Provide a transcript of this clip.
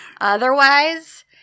Otherwise